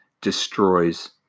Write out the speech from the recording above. destroys